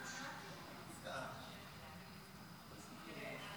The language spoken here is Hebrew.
שלוש דקות,